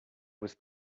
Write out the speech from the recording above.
was